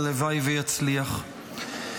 והלוואי שיצליח.